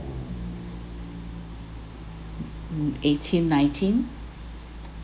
mm eighteen nineteen